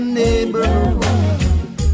neighborhood